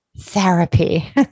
therapy